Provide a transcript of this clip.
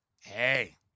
Hey